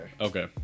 Okay